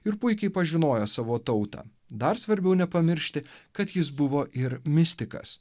ir puikiai pažinojo savo tautą dar svarbiau nepamiršti kad jis buvo ir mistikas